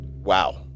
Wow